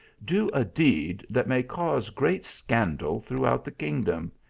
do a deed that may cause great scandal throughout the kingdom.